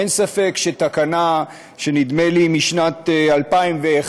אין ספק שתקנה, נדמה לי משנת 2001,